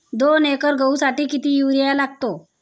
दोन एकर गहूसाठी किती युरिया लागतो?